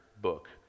book